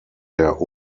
der